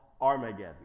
Armageddon